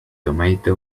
tomato